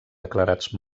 declarats